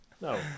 no